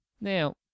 Now